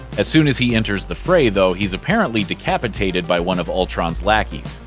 as soon as he enters the fray, though, he's apparently decapitated by one of ultron's lackeys.